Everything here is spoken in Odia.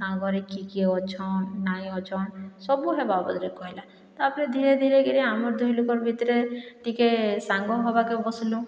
ତାଙ୍କ ଘରେ କିଏ କିଏ ଅଛନ୍ ନାହିଁ ଅଛନ୍ ସବୁ ସେ ବାବଦରେ କହିଲା ତାପରେ ଧୀରେ ଧୀରେ କିରି ଆମର୍ ଦୁହି ଲୋକର୍ ଭିତରେ ଟିକେ ସାଙ୍ଗ ହବାକେ ବସିଲୁଁ